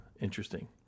interesting